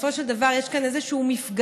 בסופו של דבר, יש כאן איזשהו מפגע